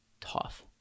tough